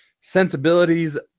sensibilities